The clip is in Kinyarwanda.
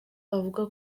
avuga